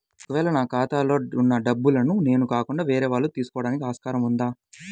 ఒక వేళ నా ఖాతాలో వున్న డబ్బులను నేను లేకుండా వేరే వాళ్ళు తీసుకోవడానికి ఆస్కారం ఉందా?